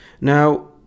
now